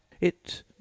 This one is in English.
It